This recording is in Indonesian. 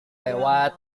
lewat